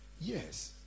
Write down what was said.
Yes